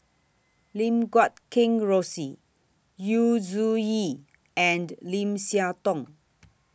Lim Guat Kheng Rosie Yu Zhuye and Lim Siah Tong